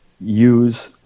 use